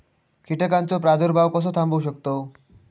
कीटकांचो प्रादुर्भाव कसो थांबवू शकतव?